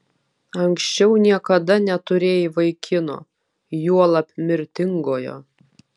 anksčiau niekada neturėjai vaikino juolab mirtingojo